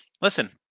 Listen